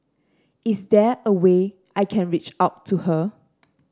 is there a way I can reach out to her